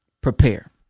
Prepare